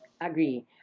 Agree